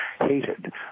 hated